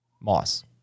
Moss